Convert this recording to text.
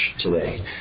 today